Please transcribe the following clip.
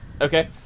Okay